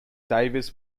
davis